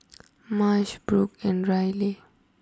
Marsh Brock and Riley